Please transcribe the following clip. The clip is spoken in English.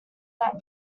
that